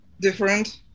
different